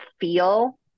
feel